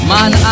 Man